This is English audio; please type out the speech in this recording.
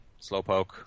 Slowpoke